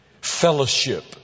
Fellowship